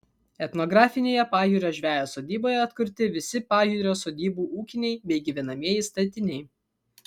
etnografinėje pajūrio žvejo sodyboje atkurti visi pajūrio sodybų ūkiniai bei gyvenamieji statiniai